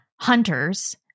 hunters